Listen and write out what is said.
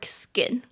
skin